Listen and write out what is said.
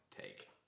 take